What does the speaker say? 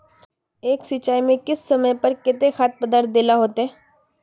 एक सिंचाई में किस समय पर केते खाद पदार्थ दे ला होते?